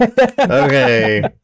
Okay